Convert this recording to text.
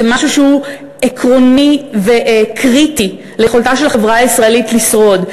זה משהו שהוא עקרוני וקריטי ליכולתה של החברה הישראלית לשרוד.